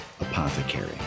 apothecary